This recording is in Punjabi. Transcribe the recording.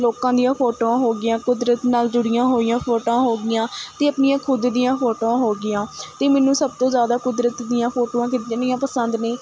ਲੋਕਾਂ ਦੀਆਂ ਫੋਟੋਆਂ ਹੋ ਗਈਆਂ ਕੁਦਰਤ ਨਾਲ਼ ਜੁੜੀਆਂ ਹੋਈਆਂ ਫੋਟੋਆਂ ਹੋ ਗਈਆਂ ਅਤੇ ਆਪਣੀਆਂ ਖੁਦ ਦੀਆਂ ਫੋਟੋਆਂ ਹੋ ਗਈਆਂ ਅਤੇ ਮੈਨੂੰ ਸਭ ਤੋਂ ਜ਼ਿਆਦਾ ਕੁਦਰਤ ਦੀਆਂ ਫੋਟੋਆਂ ਖਿੱਚਣੀਆਂ ਪਸੰਦ ਨੇ